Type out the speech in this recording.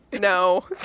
No